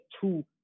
two